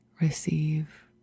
receive